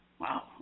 Wow